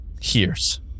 Hears